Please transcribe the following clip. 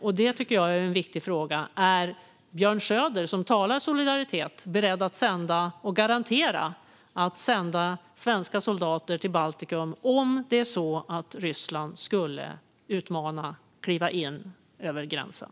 Jag tycker att det är en viktig fråga om Björn Söder, som talar om solidaritet, är beredd att garantera att vi sänder svenska soldater till Baltikum om Ryssland skulle utmana och kliva in över gränsen.